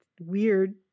weird